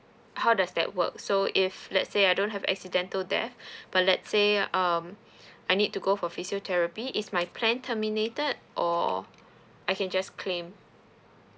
how does that work so if let's say I don't have accidental death but let's say um I need to go for physiotherapy is my plan terminated or I can just claim